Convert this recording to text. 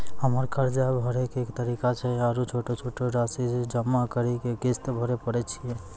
हमरा कर्ज भरे के की तरीका छै आरू छोटो छोटो रासि जमा करि के किस्त भरे पारे छियै?